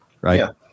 right